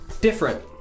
different